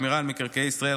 שמירה על מקרקעי ישראל,